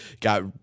got